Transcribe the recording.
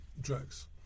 drugs